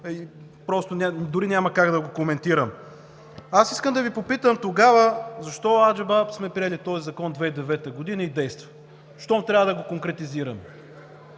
просто дори няма как да го коментирам. Аз искам да Ви попитам: тогава защо аджеба сме приели този закон през 2009 г. и действа, щом трябва да го конкретизираме?